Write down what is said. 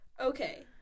okay